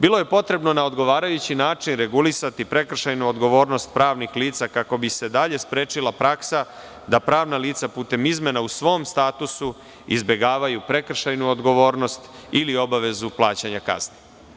Bilo je potrebno na odgovarajući način regulisati prekršajnu odgovornost pravnih lica kako bi se dalje sprečila praksa da pravna lica, putem izmena u svom statusu, izbegavaju prekršajnu odgovornost ili obavezu plaćanja kazne.